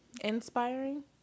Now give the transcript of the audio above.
Inspiring